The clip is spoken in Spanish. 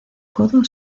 codo